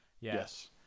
Yes